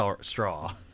straw